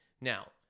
Now